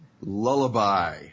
Lullaby